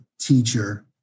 teacher